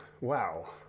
Wow